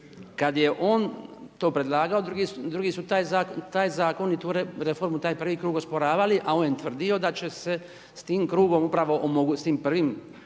kad je on to predlagao, drugi su taj zakon, tu reformu, taj prvi krug osporavali a on je tvrdio da će se s tim krugom upravo, s tim prvim